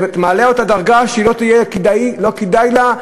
אתה מעלה אותה לדרגה שלא כדאי לה,